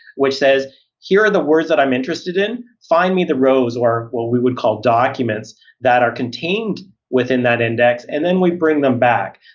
which says here are the words that i'm interested in, find me the rows or what we would call documents that are contained within that index and then we bring them back.